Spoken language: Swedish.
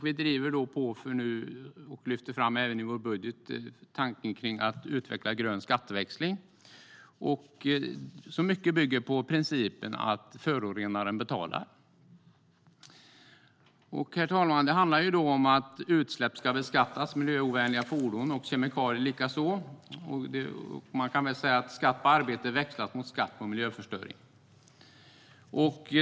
Vi driver på och lyfter även fram i vår budget tanken att utveckla grön skatteväxling. Det bygger mycket på principen att förorenaren betalar. Herr talman! Det handlar om att utsläpp ska beskattas, och miljöovänliga fordon och kemikalier likaså. Man kan säga att skatt på arbete växlas mot skatt på miljöförstöring.